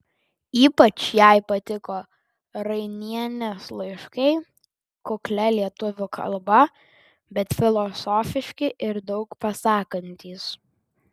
ypač jai patiko rainienės laiškai kuklia lietuvių kalba bet filosofiški ir daug pasakantys